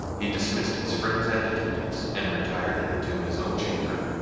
he dismissed his friends and attendants, and retired to his own chamber,